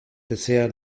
bisher